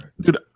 dude